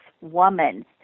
woman